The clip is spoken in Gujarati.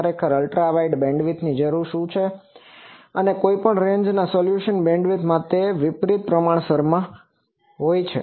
ખરેખર તેને અલ્ટ્રા વાઇડ બેન્ડવિડ્થની જરૂર પડે છે કારણ કે કોઈપણ રેન્જ રેઝોલ્યુશન બેન્ડવિડ્થના વિપરિત પ્રમાણસર હોય છે